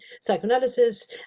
psychoanalysis